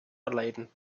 erleiden